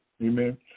Amen